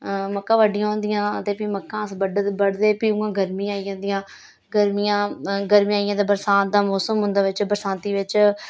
मक्कां बड्डियां होदियां ते फ्ही मक्कां अस बड्डदे फ्ही उ'यां गर्मियां आई जंदियां गर्मियां गर्मियां आई गेइयां ते बरसांत दा मौंसम होंदा बिच्च बरसांती बिच्च